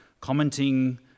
commenting